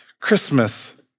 Christmas